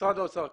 משרד האוצר כאן.